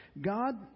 God